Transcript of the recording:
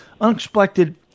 unexpected